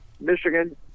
Michigan